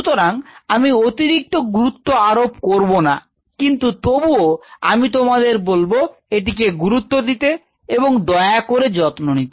সুতরাং আমি অতিরিক্ত গুরুত্ব আরোপ করবো না কিন্তু তবুও আমি তোমাদের বলব এটিকে গুরুত্ব দিতে এবং দয়া করে যত্ন নিতে